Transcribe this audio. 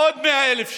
עוד 100,000 שקל.